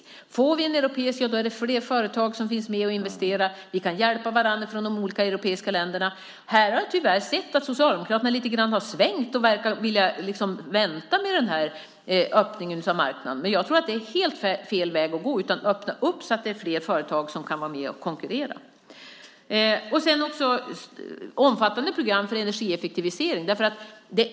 Om vi får en europeisk elmarknad är fler företag med och investerar, och de olika europeiska länderna kan hjälpa varandra. Här har jag tyvärr sett att Socialdemokraterna har svängt lite grann och verkar vilja vänta med denna öppning av marknaden. Det tror jag är helt fel väg att gå. Vi måste öppna upp så att fler företag kan vara med och konkurrera.